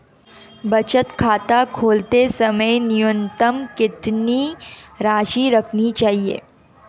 बचत खाता खोलते समय न्यूनतम कितनी राशि रखनी चाहिए?